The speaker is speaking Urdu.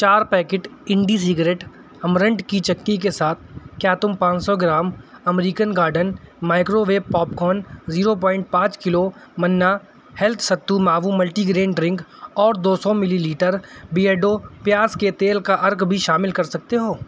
چار پیکٹ انڈی سگریٹ امرنٹ کی چکی کے ساتھ کیا تم پان سو gram American garden microwave popcorn zero point پانچ کلو منا ہیلتھ ستّو ماوو ملٹی گرین ڈرنک اور دو سو ملی لیٹر بیئرڈو پیاز کے تیل کا عرق بھی شامل کر سکتے ہو